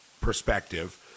perspective